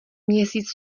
měsíc